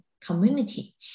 community